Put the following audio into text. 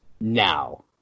now